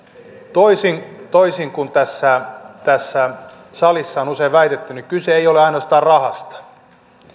toisin toisin kuin tässä tässä salissa on usein väitetty kyse ei ole ainoastaan rahasta